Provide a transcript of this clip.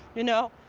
you know?